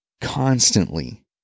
Constantly